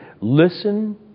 listen